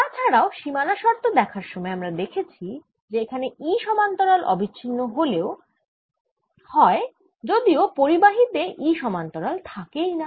তা ছাড়াও সীমানা শর্ত দেখার সময় আমরা দেখেছি যে এখানে E সমান্তরাল অবিচ্ছিন্ন হয় যদিও পরিবাহী তে E সমান্তরাল থাকেই না